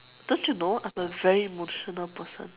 don't you know I'm a very emotional person